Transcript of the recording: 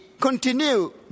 continue